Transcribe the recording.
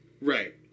Right